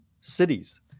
cities